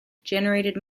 generated